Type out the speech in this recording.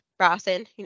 Rossin